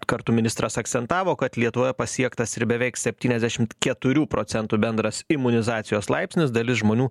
kartu ministras akcentavo kad lietuvoje pasiektas ir beveik septyniasdešimt keturių procentų bendras imunizacijos laipsnis dalis žmonių